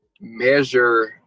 measure